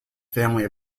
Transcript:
family